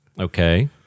Okay